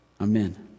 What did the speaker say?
Amen